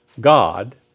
God